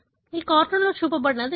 ఈ కార్టూన్లో చూపబడినది అదే